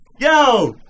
Yo